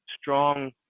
strong